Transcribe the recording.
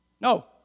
No